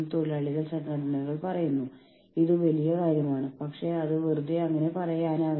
പക്ഷേ നമ്മൾ അവരെ ഭയപ്പെടുന്നു എന്ന് നമ്മൾ ഒരിക്കലും യൂണിയനുകളോട് പറയില്ല